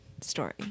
story